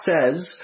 says